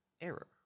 error